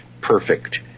perfect